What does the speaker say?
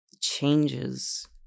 changes